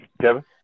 Kevin